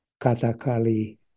Katakali